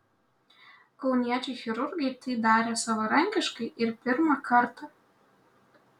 kauniečiai chirurgai tai darė savarankiškai ir pirmą kartą